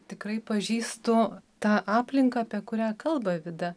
tikrai pažįstu tą aplinką apie kurią kalba vida